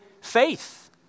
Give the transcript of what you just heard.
faith